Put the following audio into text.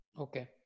Okay